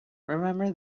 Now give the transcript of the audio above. remember